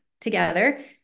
together